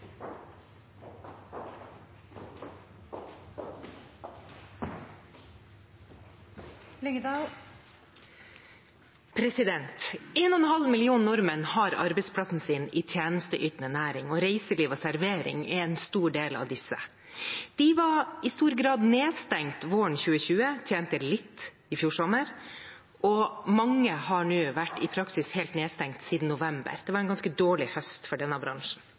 en stor del av disse. De var i stor grad nedstengt våren 2020, tjente litt i fjor sommer, og mange har nå i praksis vært helt nedstengt siden november. Det var en ganske dårlig høst for denne bransjen.